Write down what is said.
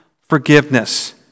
forgiveness